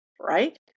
right